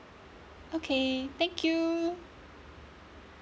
okay thank you